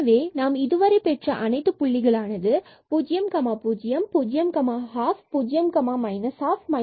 எனவே நாம் இதுவரை பெற்ற அனைத்து புள்ளிகள் ஆனது 0 0 and 0120 1210 10 ஆகும்